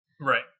Right